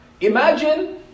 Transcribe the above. Imagine